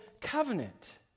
Covenant